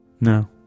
No